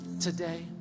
today